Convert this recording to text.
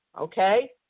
Okay